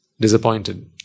disappointed